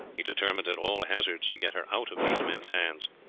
he determined at all hazards to get her out of these men's hands.